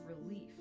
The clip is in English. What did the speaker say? relief